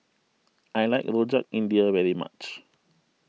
I like Rojak India very much